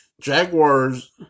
Jaguars